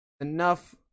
enough